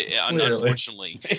unfortunately